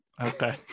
Okay